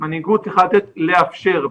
צריכה לדעת לאפשר.